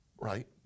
right